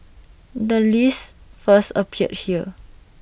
the list first appeared here